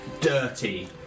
Dirty